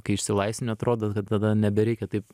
kai išsilaisvini atrodo kad tada nebereikia taip